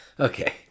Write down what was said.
Okay